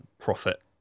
profit